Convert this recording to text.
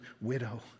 widow